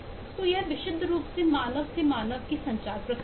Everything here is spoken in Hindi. तो यह विशुद्ध रूप से मानव से मानव की संचार प्रक्रिया है